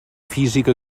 física